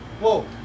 Whoa